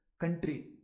country